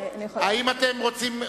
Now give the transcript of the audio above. האם אתם רוצים,